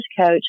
coach